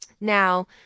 Now